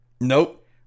Nope